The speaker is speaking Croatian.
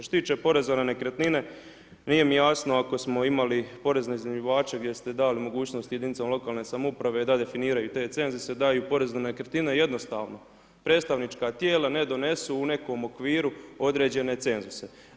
Što se tiče poreza na nekretnine, nije mi jasno ako smo imali porezne iznajmljivače gdje ste dali mogućnost jedinicama lokalne samouprave da definiraju te cenzuse, daju porez na nekretnine jednostavno, predstavnička tijela ne donesu u nekom okviru određene cenzuse.